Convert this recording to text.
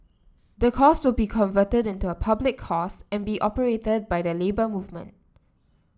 the course will be converted into a public course and be operated by the Labour Movement